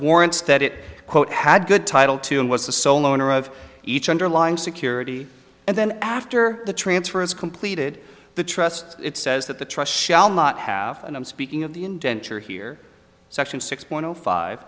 warrants that it quote had good title to and was the sole owner of each underlying security and then after the transfer is completed the trust it says that the trust shall not have an i'm speaking of the indenture here section six point zero five